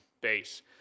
base